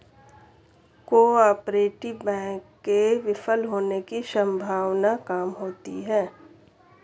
cooperative bank के विफल होने की सम्भावना काम होती है